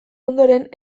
ondoren